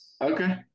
okay